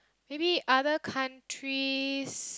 maybe other countries